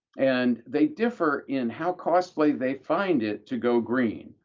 and they differ in how costly they find it to go green.